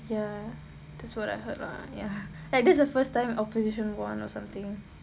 ya that's what I heard lah ya like this is the first time opposition won or something